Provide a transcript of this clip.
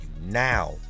Now